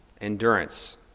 endurance